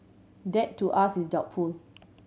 that to us is doubtful